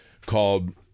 called